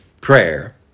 prayer